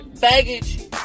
baggage